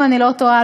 אם אני לא טועה,